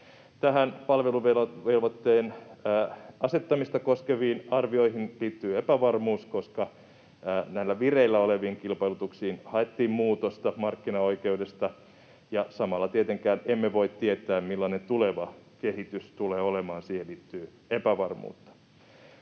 Näihin palveluvelvoitteen asettamista koskeviin arvioihin liittyy epävarmuutta, koska näihin vireillä oleviin kilpailutuksiin haettiin muutosta markkinaoikeudesta, ja samalla tietenkään emme voi tietää, millainen tuleva kehitys tulee olemaan, siihen liittyy epävarmuutta.